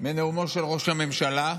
מנאומו של ראש הממשלה.